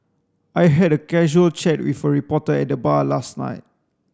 I had a casual chat with a reporter at the bar last night